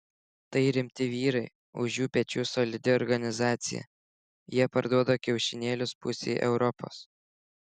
tai rimti vyrai už jų pečių solidi organizacija jie parduoda kiaušinėlius pusei europos